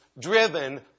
driven